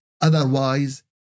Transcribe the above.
Otherwise